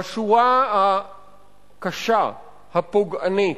בשורה הקשה, הפוגענית,